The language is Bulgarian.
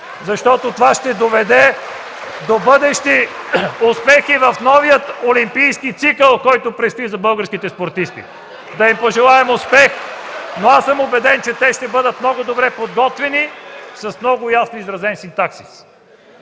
Това ще доведе до бъдещи успехи в новия олимпийски цикъл, който предстои на българските спортисти. Да им пожелаем успех и аз съм убеден, че те ще бъдат много добре подготвени, с много ясно изразен синтаксис!